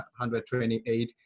128